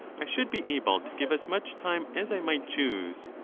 i should be able to give as much time as i might choose,